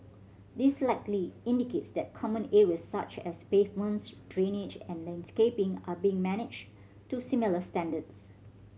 this likely indicates that common areas such as pavements drainage and landscaping are being managed to similar standards